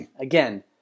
Again